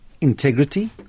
integrity